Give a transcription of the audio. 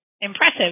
impressive